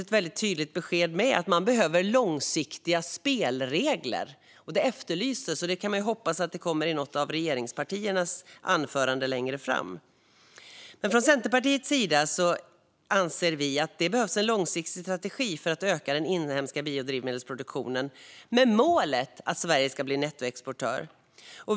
Ett tydligt besked var att branschen efterlyser långsiktiga spelregler, och jag hoppas att detta tas upp i något av regeringsföreträdarnas anföranden. Centerpartiet anser att det behövs en långsiktig strategi för att öka den inhemska biodrivsmedelsproduktionen med målet att Sverige ska bli nettoexportör.